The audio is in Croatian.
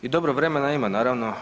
I dobro vremena ima naravno.